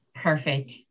perfect